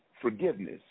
forgiveness